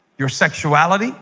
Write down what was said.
your sexuality